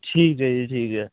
ਠੀਕ ਹੈ ਜੀ ਠੀਕ ਹੈ